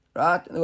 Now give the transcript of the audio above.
right